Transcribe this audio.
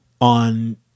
on